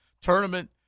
tournament